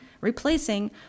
replacing